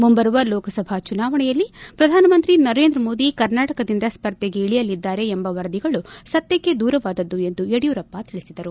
ಮುಂಬರುವ ಲೋಕಸಭಾ ಚುನಾವಣೆಯಲ್ಲಿ ಪ್ರಧಾನಮಂತ್ರಿ ನರೇಂದ್ರ ಮೋದಿ ಕರ್ನಾಟಕದಿಂದ ಸ್ಪರ್ಧೆಗೆ ಇಳಿಯಲಿದ್ದಾರೆ ಎಂಬ ವರದಿಗಳು ಸತ್ಯಕ್ಕೆ ದೂರವಾದದ್ದು ಎಂದು ಯಡಿಯೂರಪ್ಪ ತಿಳಿಸಿದರು